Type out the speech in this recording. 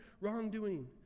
wrongdoing